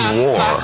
war